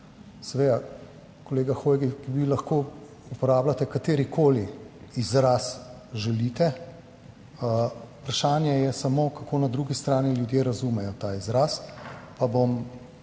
Seveda, kolega Hoivik, vi lahko uporabljate katerikoli izraz želite, vprašanje je samo, kako na drugi strani ljudje razumejo ta izraz. Pa bom